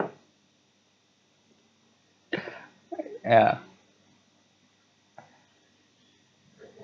ya